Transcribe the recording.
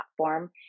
platform